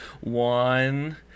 One